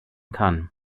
kann